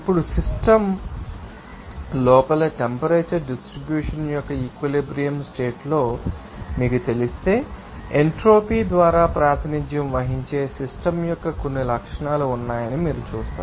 ఇప్పుడు సిస్టమ్ లోపల temperature distribution యొక్క ఈక్విలిబ్రియం స్టేట్ లో మీకు తెలిస్తే ఎంట్రోపీ ద్వారా ప్రాతినిధ్యం వహించే సిస్టమ్ యొక్క కొన్ని లక్షణాలు ఉన్నాయని మీరు చూస్తారు